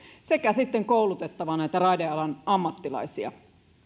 sekä sitten koulutettava näitä raidealan ammattilaisia